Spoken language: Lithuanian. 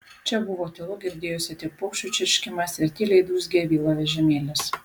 čia buvo tylu girdėjosi tik paukščių čirškimas ir tyliai dūzgė vilo vežimėlis